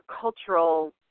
cultural